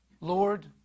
Lord